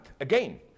again